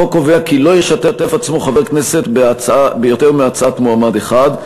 החוק קובע כי "לא ישתף עצמו חבר כנסת ביותר מהצעת מועמד אחד",